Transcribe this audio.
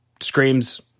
screams